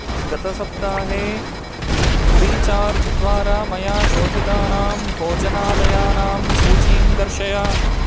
गतसप्ताहे फ़्रीचार्ज् द्वारा मया शोधितानां भोजनालयानां सूचिं दर्शय